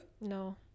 No